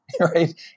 right